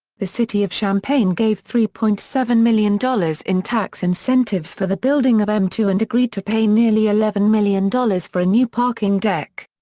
the city of champaign gave three point seven million dollars in tax incentives for the building of m two and agreed to pay nearly eleven million dollars for a new parking deck.